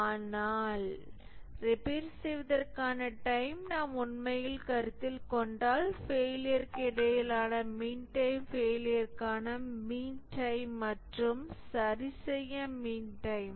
ஆனால் ரிப்பேர் செய்வதற்கான டைம் நாம் உண்மையில் கருத்தில் கொண்டால் ஃபெயிலியர்க்கு இடையிலான மீன் டைம் ஃபெயிலியர்க்கான மீன் டைம் மற்றும் சரிசெய்ய மீன் டைம்